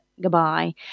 goodbye